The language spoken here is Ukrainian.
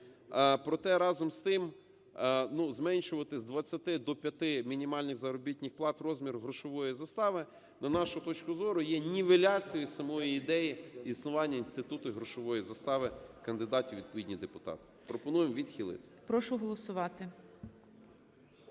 Проте, разом з тим, ну, зменшувати з 20 до 5 мінімальних заробітних плат розмір грошової застави, на нашу точку зору, є нівеляцією самої ідеї існування інституту і грошової застави кандидатів у відповідні депутати. Пропонуємо